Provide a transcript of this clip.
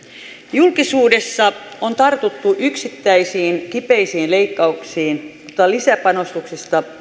julkisuudessa on tartuttu yksittäisiin kipeisiin leikkauksiin mutta lisäpanostuksista